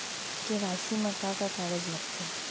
KYC मा का का कागज लगथे?